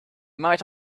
might